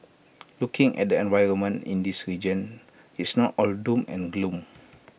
looking at the environment in this region it's not all doom and gloom